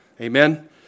Amen